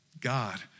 God